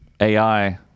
AI